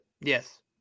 Yes